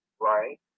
Right